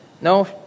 No